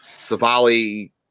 Savali